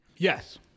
Yes